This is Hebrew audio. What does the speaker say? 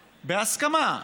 בהסכמה,